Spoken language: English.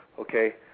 okay